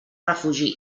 refugi